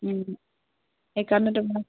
সেইকাৰণে তোমাৰ